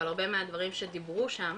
אבל הרבה מהדברים שדיברו שם